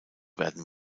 werden